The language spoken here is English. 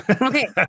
Okay